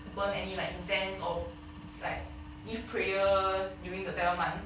burn any like incense or like give prayers during the seventh month